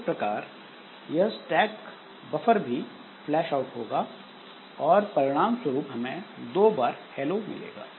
इस प्रकार यह स्टैक बफर भी फ्लैशऑउट होगा और परिणाम स्वरुप हमें दो बार हेलो मिलेगा